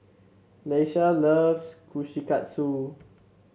Ieshia loves Kushikatsu